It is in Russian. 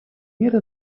меры